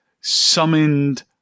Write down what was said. summoned